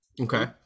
Okay